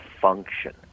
function